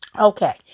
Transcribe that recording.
Okay